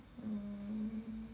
mm